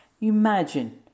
imagine